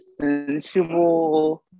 sensual